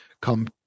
come